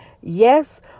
Yes